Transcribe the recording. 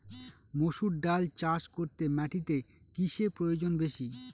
মুসুর ডাল চাষ করতে মাটিতে কিসে প্রয়োজন বেশী?